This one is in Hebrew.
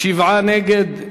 שבעה נגד,